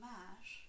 Mash